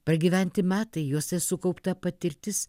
pragyventi metai juose sukaupta patirtis